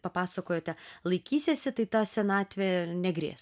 papasakojote laikysiesi tai ta senatvė negrės